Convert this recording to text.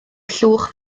llwch